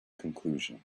conclusion